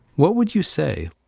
what would you say?